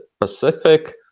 pacific